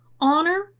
honor